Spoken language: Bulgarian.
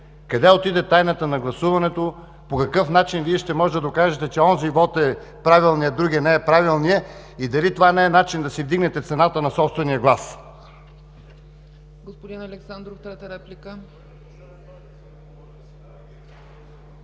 къде отиде тайната на гласуването, по какъв начин Вие ще можете да докажете, че онзи вот е правилният, а другият не е правилният и дали това не е начин да си вдигнете цената на собствения глас?